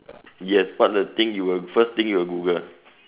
yes what the thing you will first thing you will Google